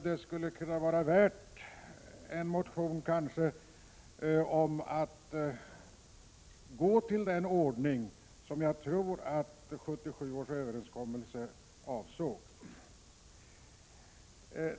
Det skulle kanske vara värt att motionera om att införa den ordning som jag tror att 1977 års överenskommelse avsåg.